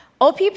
OPP